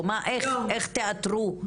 איך תאתרו?